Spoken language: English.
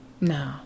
No